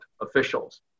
officials